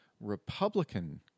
Republican